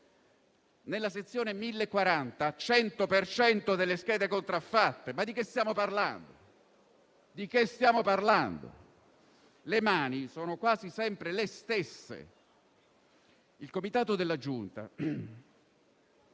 per cento delle schede contraffatte. Ma di che stiamo parlando? Le mani sono quasi sempre le stesse. Il comitato della Giunta